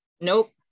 Nope